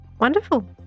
Wonderful